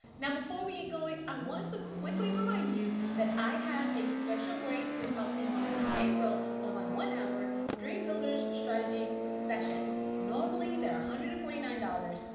now before we get going, i wanted to quickly remind you that i have a special rate throughout the month of april on my one hour dream builders strategy sessions. normally they are one ah hundred and forty nine dollars,